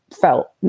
felt